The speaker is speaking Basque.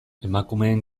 emakumeen